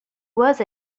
was